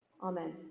Amen